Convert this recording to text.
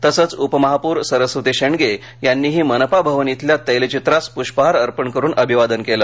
तसच उपमहापौर सरस्वती शेंडगे यांनीही मनपा भवन येथील तैलचित्रास पुष्पहार अर्पण करून अभिवादन केल